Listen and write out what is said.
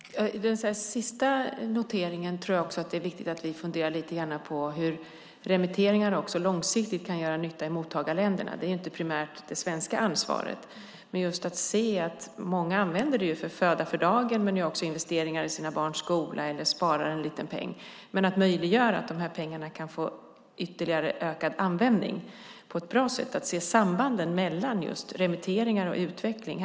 Herr talman! När det gäller den sista noteringen tror jag att det är viktigt att vi funderar lite grann på hur remitteringar kan göra nytta långsiktigt i mottagarländerna. Det är inte primärt ett svenskt ansvar. Många använder det till föda för dagen, till investeringar i sina barns skola eller till att spara en liten peng. Det gäller att möjliggöra att de här pengarna kan få ytterligare ökad användning på ett bra sätt och att se sambanden mellan remitteringar och utveckling.